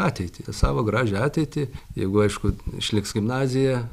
ateitį tą savo gražią ateitį jeigu aišku išliks gimnazija